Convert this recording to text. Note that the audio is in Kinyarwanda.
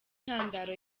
intandaro